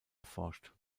erforscht